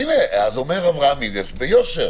אז אומר אברהם מינס ביושר